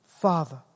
Father